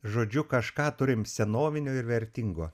žodžiu kažką turim senovinio ir vertingo